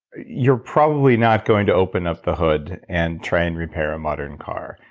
you're probably not going to open up the hood and try and repair a modern car.